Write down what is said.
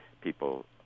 people